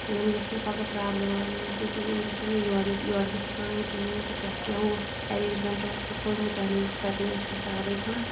یِمَن گَژھنہٕ پَگاہ پرابلِم وابلِم گَژھٕنۍ کِہِنۍ یِم گَژھان نہٕ یوڈٕ یِتھ یوڈٕ گٔژھِتھ وَنٕنۍ کِہِنۍ کہِ تۄہہِ کیاہ ارینٛجمنٹ اوسو کوٚرمُت تۄہہِ نَی اوسو تَتہِ ناے اوس حِسابی کانٛہہ